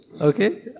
Okay